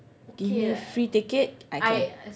you give me free ticket I can